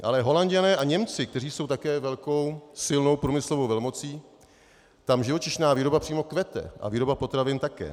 Ale Holanďané a Němci, kteří jsou také velkou, silnou průmyslovou velmocí, tam živočišná výroba přímo kvete a výroba potravin také.